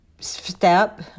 step